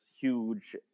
huge